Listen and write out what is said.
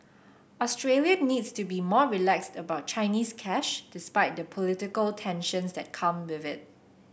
Australia needs to be more relaxed about Chinese cash despite the political tensions that come with it